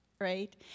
right